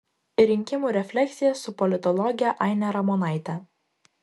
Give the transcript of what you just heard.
rinkimų refleksija su politologe aine ramonaite